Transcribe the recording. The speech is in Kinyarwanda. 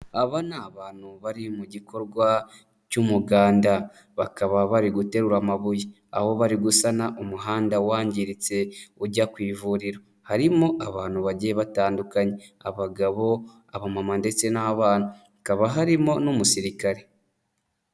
Aba ni abantu bari mu gikorwa cy'umuganda, bakaba bari guterura amabuye, aho bari gusana umuhanda wangiritse, ujya ku ivuriro harimo abantu bagiye batandukanye, abagabo abamama ndetse n'abana, hakaba harimo n'umusirikare.